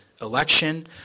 election